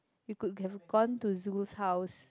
we could have gone to Zul's house